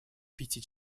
пяти